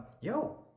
yo